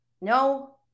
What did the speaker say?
No